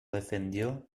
defendió